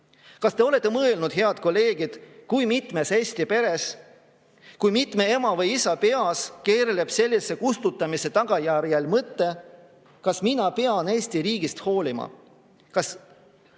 Kas te olete mõelnud, head kolleegid, kui mitmes Eesti peres, kui mitme ema või isa peas keerleb sellise kustutamise tagajärjel mõte: kas mina pean Eesti riigist hoolima,